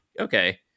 okay